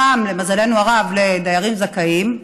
הפעם, למזלנו הרב, לדיירים זכאים,